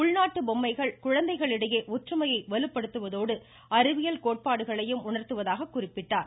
உள்நாட்டு பொம்மைகள் குழந்தைகளிடையே ஒற்றுமையை வலுப்படுத்துவதோடு அறிவியல் கோட்பாடுகளையும் உணர்த்துவதாக குறிப்பிட்டார்